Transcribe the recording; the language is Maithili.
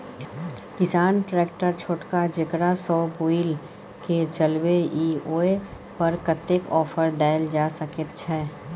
किसान ट्रैक्टर छोटका जेकरा सौ बुईल के चलबे इ ओय पर कतेक ऑफर दैल जा सकेत छै?